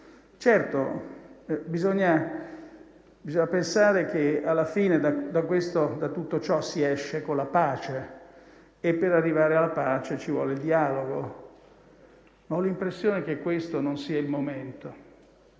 Certo, bisogna pensare che alla fine da tutto ciò si esce con la pace e, per arrivare alla pace, ci vuole il dialogo. Ma ho l'impressione che questo non sia il momento.